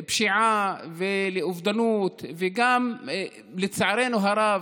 לפשיעה ולאובדנות, וגם, לצערנו הרב,